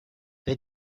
they